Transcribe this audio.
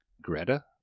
Greta